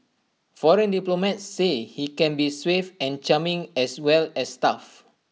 foreign diplomats say he can be suave and charming as well as tough